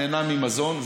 נהנה ממזון,